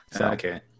Okay